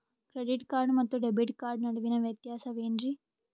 Credit card ಮತ್ತು debit card ನಡುವಿನ ವ್ಯತ್ಯಾಸ ವೇನ್ರೀ?